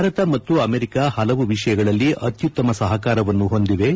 ಭಾರತ ಮತ್ತು ಅಮೆರಿಕ ಹಲವು ವಿಷಯಗಳಲ್ಲಿ ಅತ್ನುತ್ತಮ ಸಹಕಾರವನ್ನು ಹೊಂದಿವೆ